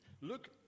Look